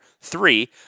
three